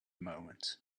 moment